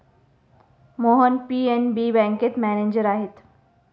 Mohan PNB बँकेत manager आहेत